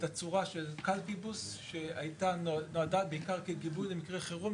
בתצורה של קלפיבוס שנועדה בעיקר כגיבוי למקרה חירום,